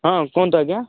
ହଁ କୁହଁନ୍ତୁ ଆଜ୍ଞା